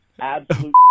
Absolute